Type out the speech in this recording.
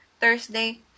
Thursday